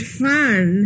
fun